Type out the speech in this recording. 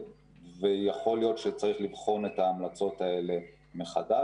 ויכול להיות שצריך לבחון את ההמלצות האלה מחדש.